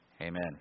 Amen